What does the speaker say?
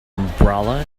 umbrella